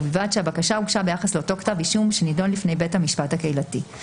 ובלבד שהבקשה הוגשה ביחס לאותו כתב אישום שנדון לפני בית המשפט הקהילתי.